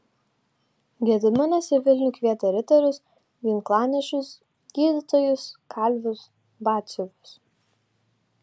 gediminas į vilnių kvietė riterius ginklanešius gydytojus kalvius batsiuvius